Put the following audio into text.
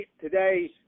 Today